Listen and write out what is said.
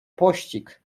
pościg